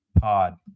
pod